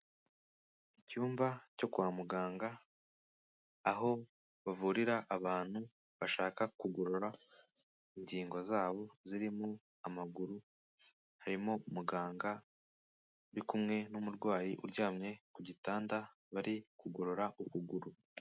Icyumba cyo kwa muganga, aho bavurira abantu bashaka kugorora ingingo zabo zirimo amaguru, harimo muganga uri kumwe n'umurwayi uryamye ku gitanda bari kugorora ukuguru.